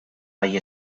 hay